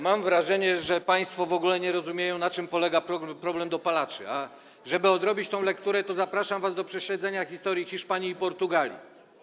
Mam wrażenie, że państwo w ogóle nie rozumieją, na czym polega problem dopalaczy, a żeby odrobić tę lekcję, to zapraszam was do prześledzenia historii Hiszpanii i Portugalii.